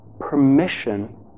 permission